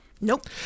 Nope